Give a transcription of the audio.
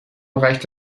reicht